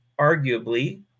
arguably